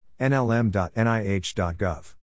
nlm.nih.gov